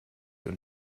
und